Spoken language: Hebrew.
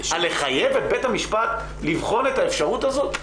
לחייב את בית המשפט לבחון את האפשרות הזאת?